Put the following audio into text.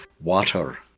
Water